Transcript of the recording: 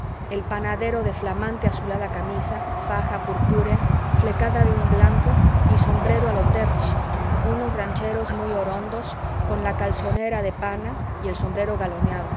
el panadero de flamante azulada camisa faja purpúrea flecada de blanco y sombrero a lo terne unos rancheros muy orondos con la calzonera de pana y el sombrero galoneado